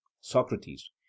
Socrates